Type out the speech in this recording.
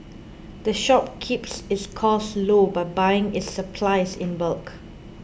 the shop keeps its costs low by buying its supplies in bulk